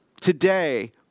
Today